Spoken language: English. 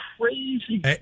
crazy